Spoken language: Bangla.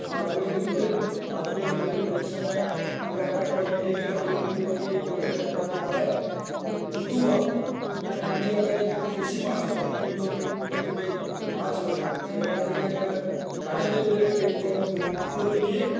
মাছগুলোকে ধরে মাছগুলো ধরে অনেক সময়ে আমরা একটা ট্রলি ডেকে হাঁড়ির মধ্যে করে দিয়ে বাজারে আড়তে পাঠাই নতুবা কোনো গাড়ি আকারে যদি বেশি মাছ হয় দু কুইন্টল তিন কুইন্টল যদি মাছ হয় সেগুলো গাড়ির একটা গাড়িতে করে গাড়িতে জল ভর্তি করে নিয়ে